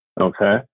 Okay